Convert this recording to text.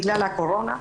הקורונה.